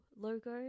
logo